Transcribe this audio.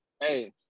Hey